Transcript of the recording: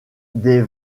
des